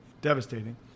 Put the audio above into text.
devastating